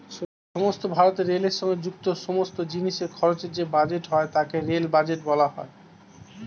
সমগ্র ভারতে রেলের সঙ্গে যুক্ত সমস্ত জিনিসের খরচের যে বাজেট হয় তাকে রেল বাজেট বলা হয়